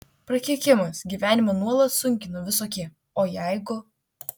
prakeikimas gyvenimą nuolat sunkina visokie o jeigu